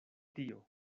tio